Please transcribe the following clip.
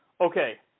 Okay